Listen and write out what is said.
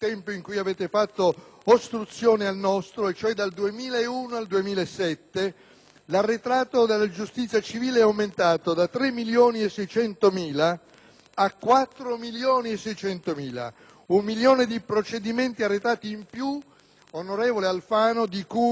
l'arretrato della giustizia civile è aumentato da 3.600.000 a 4.600.000 processi pendenti. Un milione di procedimenti arretrati in più, onorevole Alfano, di cui la sua maggioranza porta tutta intera la responsabilità.